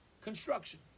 construction